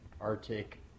Arctic